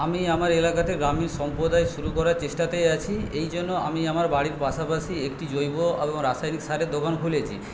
আমি আমার এলাকাতে গ্রামীণ সম্পদ শুরু করার চেষ্টাতে আছি এই জন্য আমি আমার বাড়ির পাশাপাশি একটি জৈব এবং রাসায়নিক সারের দোকান খুলেছি